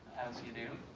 as you do,